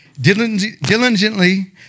Diligently